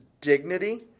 dignity